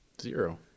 zero